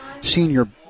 senior